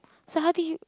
so how did you